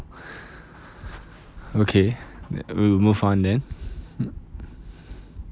okay t~ we will move on then mm